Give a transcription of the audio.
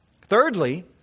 Thirdly